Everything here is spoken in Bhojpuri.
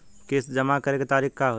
किस्त जमा करे के तारीख का होई?